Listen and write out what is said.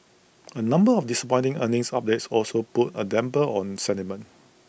A number of disappointing earnings updates also put A dampener on sentiment